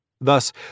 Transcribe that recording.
Thus